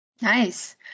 Nice